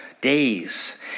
days